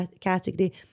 category